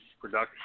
production